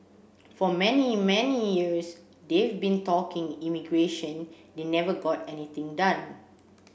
for many many years they've been talking immigration they never got anything done